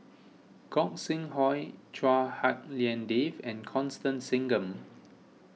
Gog Sing Hooi Chua Hak Lien Dave and Constance Singam